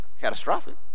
catastrophic